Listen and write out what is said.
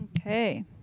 Okay